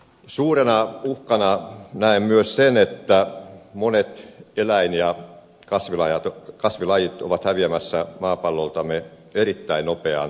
suurena uhkana näen myös sen että monet eläin ja kasvilajit ovat häviämässä maapalloltamme erittäin nopeaan tahtiin